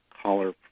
collar